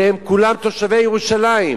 והם כולם תושבי ירושלים.